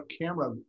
camera